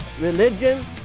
religion